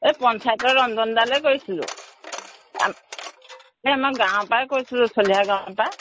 এই পঞ্চায়তৰ ৰঞ্জনদালৈ কৰিছিলোঁ আম মানে আমাৰ গাঁৱৰ পৰাই কৈছিলোঁ চলিহা গাঁৱৰ পৰা